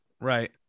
Right